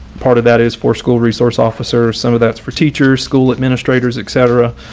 part of that is for school resource officers, some of that's for teachers, school administrators, etc.